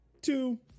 two